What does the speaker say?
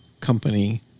company